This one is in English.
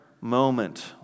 moment